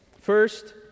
First